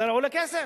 זה הרי עולה כסף,